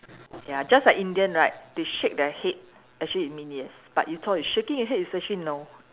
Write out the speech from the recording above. ya just like Indian right they shake their head actually it mean yes but you thought is shaking your head is actually no